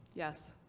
yes.